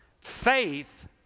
Faith